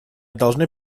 должны